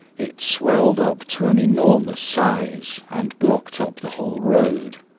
it swelled up to an enormous size and blocked up the whole road.